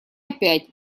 опять